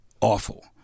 awful